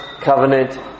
covenant